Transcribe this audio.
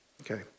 Okay